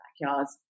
backyards